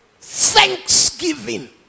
Thanksgiving